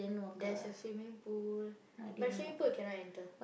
there's a swimming pool but swimming pool you cannot enter